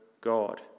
God